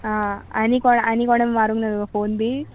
आं आनी कोण आनी कोणें मारूंक ना तुका फोन बी